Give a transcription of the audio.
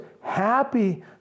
happy